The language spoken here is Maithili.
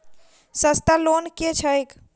सस्ता लोन केँ छैक